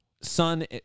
Son